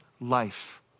life